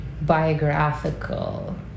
biographical